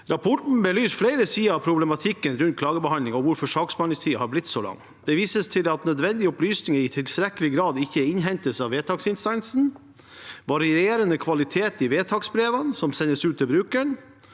Rapporten belyser flere sider av problematikken rundt klagebehandlingen og hvorfor saksbehandlingstiden har blitt så lang. Det vises til at nødvendige opplysninger i tilstrekkelig grad ikke innhentes av vedtaksinstansen, at det er varierende kvalitet i vedtaksbrevene som sendes ut til brukeren,